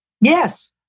Yes